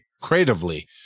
creatively